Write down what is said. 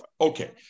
Okay